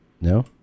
No